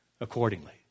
accordingly